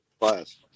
class